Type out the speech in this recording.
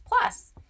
Plus